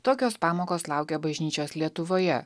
tokios pamokos laukia bažnyčios lietuvoje